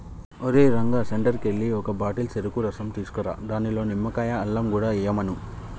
ఓరేయ్ రంగా సెంటర్కి ఎల్లి ఒక బాటిల్ సెరుకు రసం తీసుకురా దానిలో నిమ్మకాయ, అల్లం కూడా ఎయ్యమను